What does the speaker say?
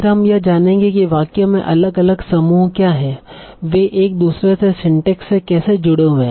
फिर हम यह जानेंगे कि वाक्य में अलग अलग समूह क्या हैं वे एक दुसरे के सिंटेक्स से कैसे जुड़े हुए हैं